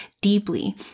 deeply